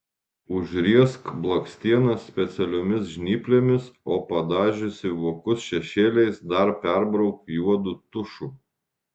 užriesk blakstienas specialiomis žnyplėmis o padažiusi vokus šešėliais dar perbrauk juodu tušu